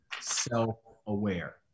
self-aware